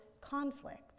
conflict